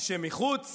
שמחוץ